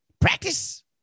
Practice